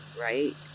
right